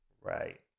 Right